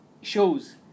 shows